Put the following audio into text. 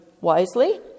wisely